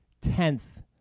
tenth